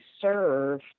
serve